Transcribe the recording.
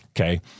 Okay